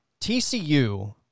TCU